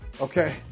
Okay